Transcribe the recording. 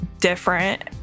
different